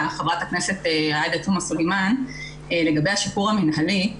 ח"כ עאידה תומא סלימאן לגבי השחרור המינהלי,